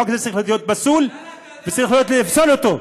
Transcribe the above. החוק הזה צריך להיות פסול וצריך לפסול אותו.